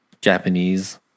Japanese